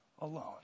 alone